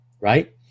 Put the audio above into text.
right